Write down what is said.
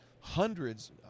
hundreds